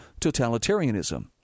totalitarianism